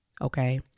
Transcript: okay